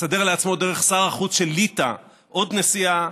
מסדר לעצמו דרך שר החוץ של ליטא עוד נסיעה,